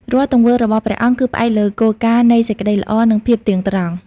រាល់ទង្វើរបស់ព្រះអង្គ គឺផ្អែកលើគោលការណ៍នៃសេចក្ដីល្អ និងភាពទៀងត្រង់ ។